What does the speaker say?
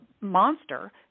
monster